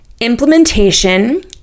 implementation